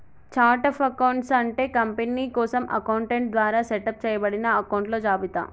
chart of accounts అంటే company కోసం accountant ద్వారా సెటప్ చేయబడిన అకొంట్ల జాబితా